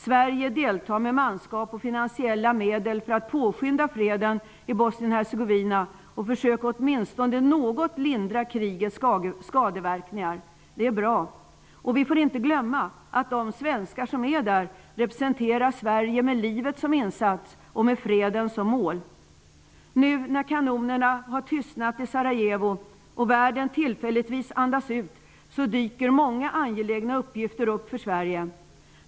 Sverige deltar med manskap och finansiella medel för att påskynda freden i Bosnien Hercegovina och försöka att åtminstone något lindra krigets skadeverkningar. Det är bra. Vi får inte glömma att de svenskar som är där representerar Sverige med livet som insats och med freden som mål. Nu när kanonerna har tystnat i Sarajevo och världen tillfälligtvis andas ut dyker många angelägna uppgifter upp för Sverige.